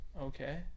okay